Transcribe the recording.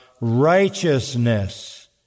righteousness